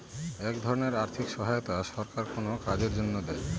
এক ধরনের আর্থিক সহায়তা সরকার কোনো কাজের জন্য দেয়